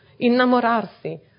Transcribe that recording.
Innamorarsi